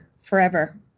forever